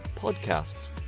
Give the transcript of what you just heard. podcasts